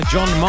John